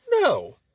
No